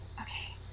Okay